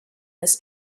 this